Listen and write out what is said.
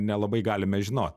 nelabai galime žinot